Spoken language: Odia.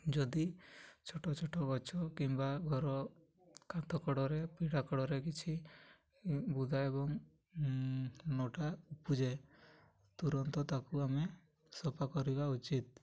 ଯଦି ଛୋଟ ଛୋଟ ଗଛ କିମ୍ବା ଘର କାନ୍ଥ କଡ଼ରେ ପୀଡ଼ା କଡ଼ରେ କିଛି ବୁଦା ଏବଂ ଲତା ଉପୁଜେ ତୁରନ୍ତ ତା'କୁ ଆମେ ସଫା କରିବା ଉଚିତ୍